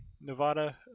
Nevada